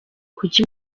kuki